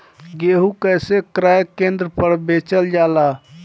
गेहू कैसे क्रय केन्द्र पर बेचल जाला?